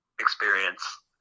experience